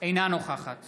אינה נוכחת